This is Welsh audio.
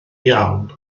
iawn